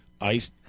ice